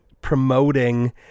promoting